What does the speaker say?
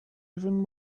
even